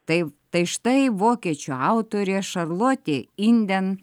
taip tai štai vokiečių autorė šarlotė inden